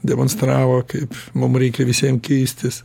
demonstravo kaip mum reikia visiem keistis